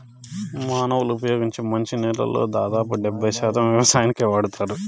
మానవులు ఉపయోగించే మంచి నీళ్ళల్లో దాదాపు డెబ్బై శాతం వ్యవసాయానికే వాడతారు